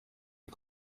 die